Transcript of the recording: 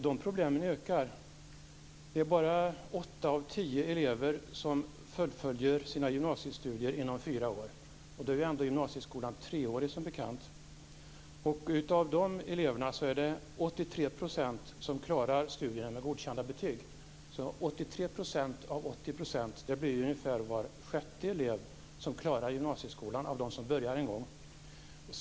De problemen ökar. Det är bara åtta av tio elever som fullföljer sina gymnasiestudier inom fyra år - gymnasieskolan är som bekant treårig. Av de eleverna är det 83 % som klarar studierna med godkända betyg. 83 % av 80 %, ungefär var sjätte elev av de elever som en gång började, klarar alltså gymnasieskolan.